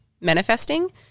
manifesting